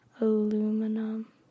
aluminum